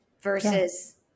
versus